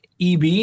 EB